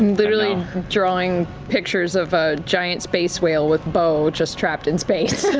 literally drawing pictures of a giant space whale with beau just trapped in space.